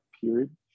period